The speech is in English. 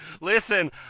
listen